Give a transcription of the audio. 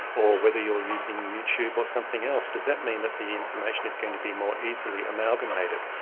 or whether you're using youtube or something else. does that mean that the information is going to be more easily amalgamated,